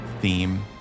theme